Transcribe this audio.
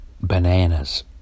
bananas